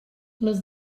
les